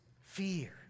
Fear